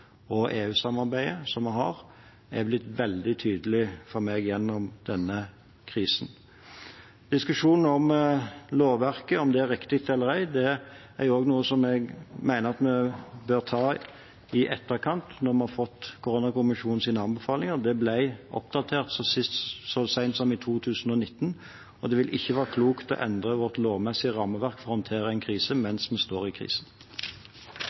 og EU-samarbeidet som vi har, er blitt veldig tydelig for meg gjennom denne krisen. Diskusjonen om lovverket er riktig eller ei, er også noe jeg mener vi bør ta i etterkant, når vi har fått koronakommisjonens anbefalinger. Det ble sist oppdatert så sent som i 2019, og det vil ikke være klokt å endre vårt lovmessige rammeverk for å håndtere en krise mens vi står i krisen.